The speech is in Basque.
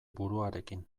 buruarekin